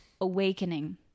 awakening